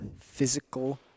physical